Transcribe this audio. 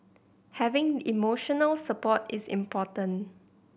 having emotional support is important